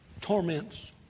Torments